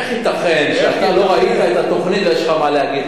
איך ייתכן שאתה לא ראית את התוכנית ויש לך מה להגיד?